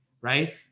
right